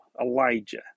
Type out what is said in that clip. Elijah